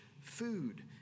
food